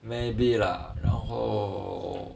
maybe lah 然后